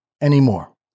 anymore